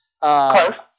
Close